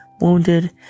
wounded